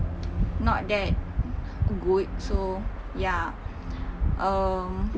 not that good so ya um